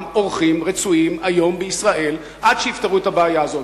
אורחים רצויים היום בישראל עד שיפתרו את הבעיה הזאת.